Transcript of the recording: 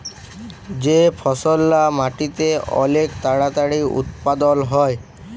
যে ফসললা মাটিতে অলেক তাড়াতাড়ি উৎপাদল হ্যয়